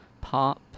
pop